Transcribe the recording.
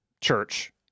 church